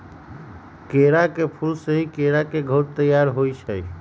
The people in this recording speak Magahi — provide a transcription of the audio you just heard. केरा के फूल से ही केरा के घौर तइयार होइ छइ